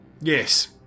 Yes